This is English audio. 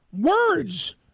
Words